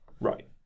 Right